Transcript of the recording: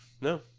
No